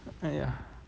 !aiya!